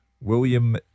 William